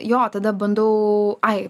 jo tada bandau ai